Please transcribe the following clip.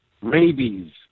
rabies